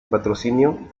patrocinio